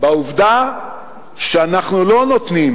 בעובדה שאנחנו לא נותנים